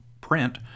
print